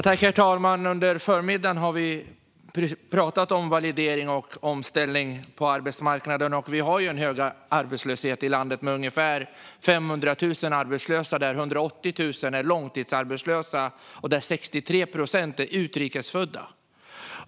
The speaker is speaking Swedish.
Herr talman! Under förmiddagen har vi pratat om validering och omställning på arbetsmarknaden. Vi har en hög arbetslöshet i landet, med ungefär 500 000 arbetslösa, där 180 000 är långtidsarbetslösa och 63 procent är utrikes födda.